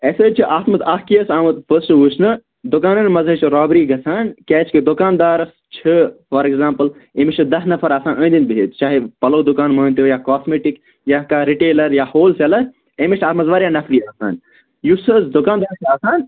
اَسہِ حظ چھِ اَتھ منٛز اَکھ کیس آمُت وُچھنہٕ دُکانَن منٛز حظ چھِ رابری گژھان کیٛازِکہِ دُکانٛدارَس چھِ فار ایٚکزامپُل أمِس چھِ دَہ نَفر آسان أنٛدۍ أنٛدۍ بِہِتھ چاہے پَلو دُکان مٲنۍتو یا کاسمیٹِک یا کانٛہہ رِٹیلَر یا ہول سیلَر أمِس چھِ اَتھ منٛز واریاہ نفری آسان یُس سُہ حظ دُکانٛدار چھُ آسان